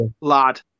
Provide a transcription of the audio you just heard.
lad